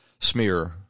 smear